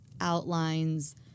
outlines